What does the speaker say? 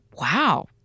Wow